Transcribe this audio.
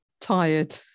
tired